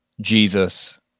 Jesus